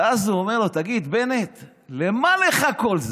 ואז הוא אומר לו: תגיד, בנט, למה לך כל זה?